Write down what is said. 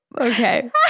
okay